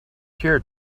here